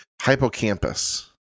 Hypocampus